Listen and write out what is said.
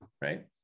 right